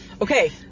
Okay